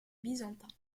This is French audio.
byzantins